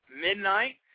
midnight